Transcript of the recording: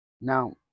Now